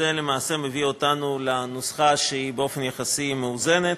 זה למעשה מביא אותנו לנוסחה שהיא באופן יחסי מאוזנת.